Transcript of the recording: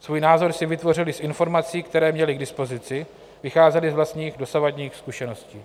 Svůj názor si vytvořili z informací, které měli k dispozici, vycházeli z vlastních dosavadních zkušeností.